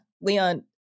Leon